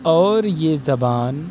اور یہ زبان